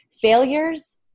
failures